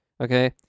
okay